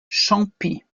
champis